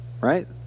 right